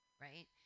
right